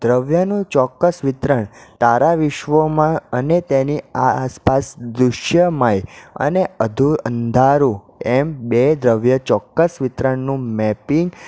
દ્રવ્યનું ચોક્કસ વિતરણ તારા વિશ્વમાં અને તેની આસપાસ દૃશ્યમય અને અંધારું એમ બે દ્રવ્ય ચોક્કસ વિતરણનું મેપિંગ